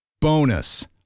Bonus